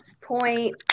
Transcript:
point